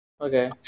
Okay